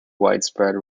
widespread